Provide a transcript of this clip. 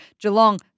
Geelong